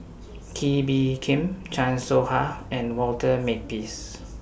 Kee Bee Khim Chan Soh Ha and Walter Makepeace